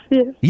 yes